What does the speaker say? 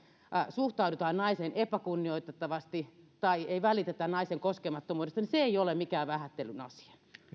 suhtaudutaan naiseen epäkunnioittavasti tai ei välitetä naisen koskemattomuudesta niin se ei ole mikään vähättelyn asia